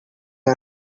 her